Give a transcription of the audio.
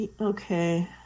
Okay